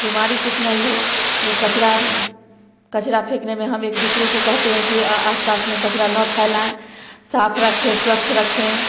बीमारी कुछ नहीं हो लोग कचरा कचरा फेंकने में हम एक दूसरे को कहते हैं के आस पास में कचरा ना फैलाएँ साफ रखें स्वच्छ रखें